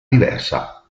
diversa